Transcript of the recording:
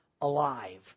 alive